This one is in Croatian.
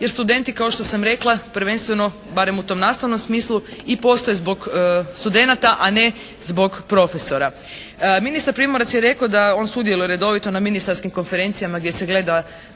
jer studenti kao što sam rekla prvenstveno barem u tom nastavnom smislu i postoje zbog studenata a ne zbog profesora. Ministar Primorac je rekao da on sudjeluje redovito na ministarskim konferencijama gdje se gleda